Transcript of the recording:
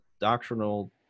doctrinal